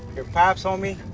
your pops, homie,